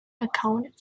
accounted